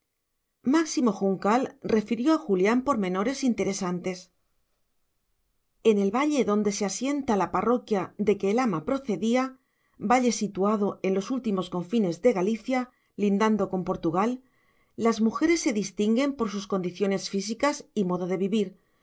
máximo juncal refirió a julián pormenores interesantes en el valle donde se asienta la parroquia de que el ama procedía valle situado en los últimos confines de galicia lindando con portugal las mujeres se distinguen por sus condiciones físicas y modo de vivir